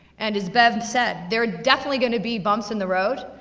and as bev said, there are definitely gonna be bumps in the road,